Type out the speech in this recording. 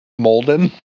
molden